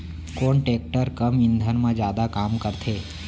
कोन टेकटर कम ईंधन मा जादा काम करथे?